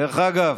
דרך אגב,